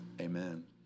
amen